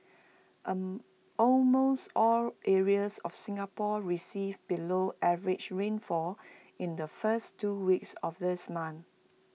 almost all areas of Singapore received below average rainfall in the first two weeks of this month